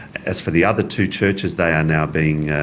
as for the other two churches, they are now being.